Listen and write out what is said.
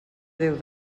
déu